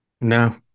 No